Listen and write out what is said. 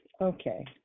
Okay